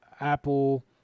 Apple